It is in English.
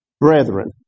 brethren